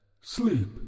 Sleep